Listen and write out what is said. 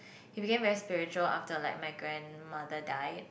he became very spiritual after like my grandmother die